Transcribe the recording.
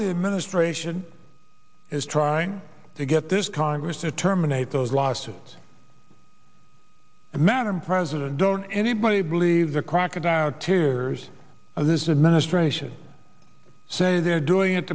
the administration is trying to get this congress to terminate those lawsuits and madam president don't anybody believe the crocodile tears of this administration say they're doing it